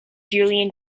julian